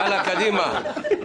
יאללה, קדימה.